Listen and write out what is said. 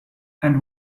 and